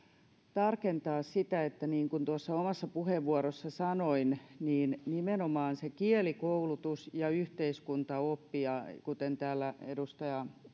tarkentaa sitä että niin kuin tuossa omassa puheenvuorossani sanoin niin nimenomaan se kielikoulutus ja yhteiskuntaoppi kuten täällä edustaja